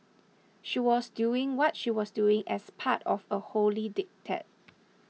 she was doing what she was doing as part of a holy diktat